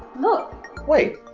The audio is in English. look. wait,